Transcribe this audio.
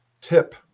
tip